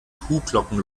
kuhglocken